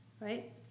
right